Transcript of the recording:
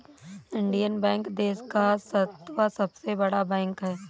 Indian Bank देश का सातवां सबसे बड़ा बैंक है